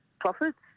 profits